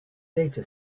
data